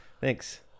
thanks